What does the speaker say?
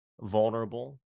vulnerable